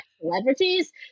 celebrities